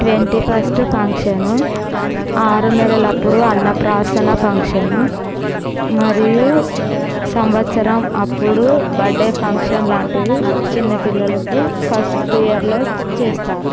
twenty first function ఆరు నెలలప్పుడు అన్నప్రాసన ఫంక్షను మరియు సంవత్సరం అప్పుడు బర్తడే ఫంక్షను లాంటివి చిన్నపిల్లలకి ఫస్ట్ ఇయర్లో చేస్తారు